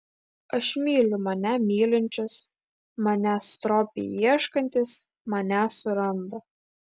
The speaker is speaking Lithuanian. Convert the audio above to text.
aš myliu mane mylinčius manęs stropiai ieškantys mane suranda